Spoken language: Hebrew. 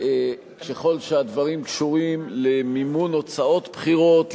ככל שהדברים קשורים למימון הוצאות בחירות,